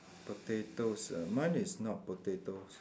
potatoes ah mine is not potatoes